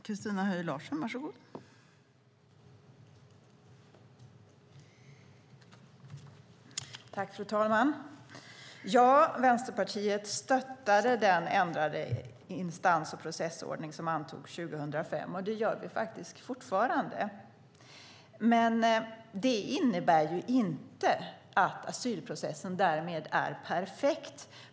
Fru talman! Vänsterpartiet stöttade den ändrade instans och processordning som antogs 2005, och det gör vi fortfarande. Det innebär dock inte att asylprocessen är perfekt.